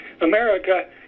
America